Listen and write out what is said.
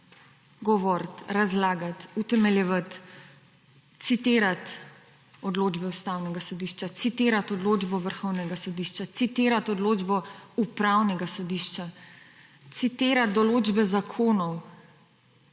govoriti, razlagati, utemeljevati, citirati odločbe Ustavnega sodišča, citirati odločbo Vrhovnega sodišča, citirati odločbo Upravnega sodišča, citirati določbe zakonov,